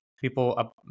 people